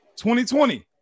2020